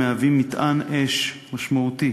הם מטען אש משמעותי